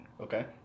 Okay